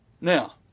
Now